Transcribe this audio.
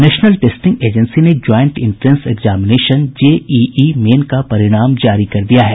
national testing agency ने joint entrance examination JEE main का परिणाम जारी कर दिया है